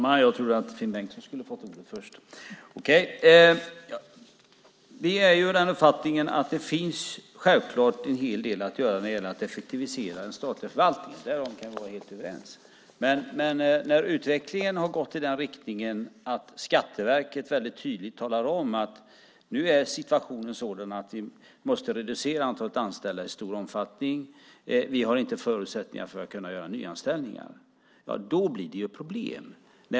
Fru talman! Vi är av den uppfattningen att det självklart finns en hel del att göra när det gäller att effektivisera den statliga förvaltningen. Därom kan vi vara helt överens. Men när utvecklingen gått i den riktningen att Skatteverket tydligt säger att de måste reducera antalet anställda i stor omfattning och att de inte har förutsättningar att göra nyanställningar uppstår problem.